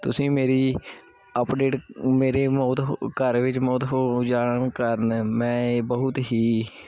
ਤੁਸੀਂ ਮੇਰੀ ਅਪਡੇਟ ਮੇਰੇ ਮੌਤ ਘਰ ਵਿੱਚ ਮੌਤ ਹੋ ਜਾਣ ਕਾਰਨ ਮੈਂ ਇਹ ਬਹੁਤ ਹੀ